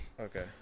Okay